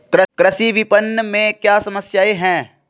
कृषि विपणन में क्या समस्याएँ हैं?